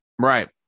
Right